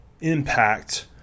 impact